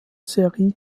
serie